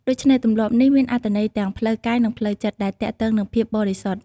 ដូច្នេះ ទម្លាប់នេះមានអត្ថន័យទាំងផ្លូវកាយនិងផ្លូវចិត្ត ដែលទាក់ទងនឹងភាពបរិសុទ្ធ។